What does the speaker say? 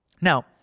Now